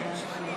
בבקשה.